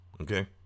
Okay